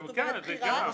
זה משהו אחר.